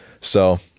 So-